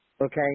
Okay